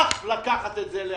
לקחת את זה.